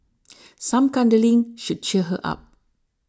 some cuddling should cheer her up